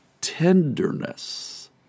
tenderness